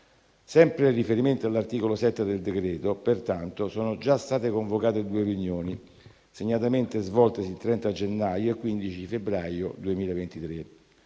Sempre in riferimento all'articolo 7 del decreto, pertanto, sono già state convocate due riunioni, segnatamente svoltesi il 30 gennaio e il 15 febbraio 2023.